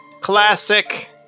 Classic